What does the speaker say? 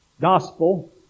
gospel